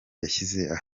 yashyize